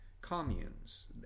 communes